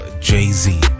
Jay-Z